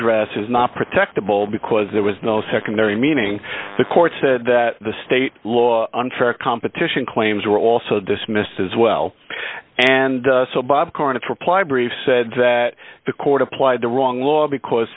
dress is not protected ball because there was no secondary meaning the court said that the state law unfair competition claims were also dismissed as well and so bob cornish reply brief said that the court applied the wrong law because